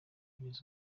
kugeza